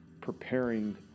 preparing